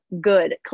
good